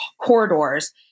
corridors